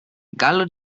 gallo